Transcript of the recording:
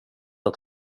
att